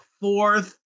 fourth